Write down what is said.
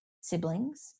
siblings